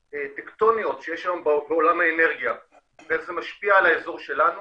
טקטוניות שיש איך זה משפיע על האזור שלנו.